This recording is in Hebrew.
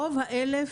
ברוב ה-1000,